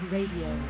Radio